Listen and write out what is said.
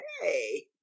Hey